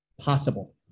Possible